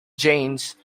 jains